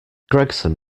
gregson